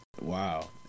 Wow